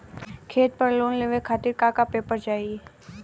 खेत पर लोन लेवल खातिर का का पेपर चाही?